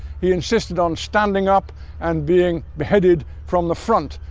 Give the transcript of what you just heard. he insisted on standing up and being beheaded from the front,